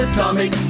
Atomic